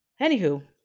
Anywho